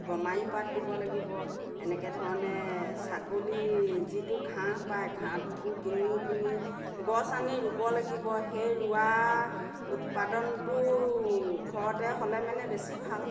গমাই পাত দিব লাগিব এনেকৈ ধৰণে ছাগলী যিটো ঘাঁহ পায় ঘাঁহটোতো কিনি পিনি গছ আনি ৰুব লাগিব সেই ৰুৱা উৎপাদনটো ঘৰতে হ'লে মানে বেছি ভাল